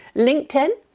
linkedin?